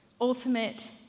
ultimate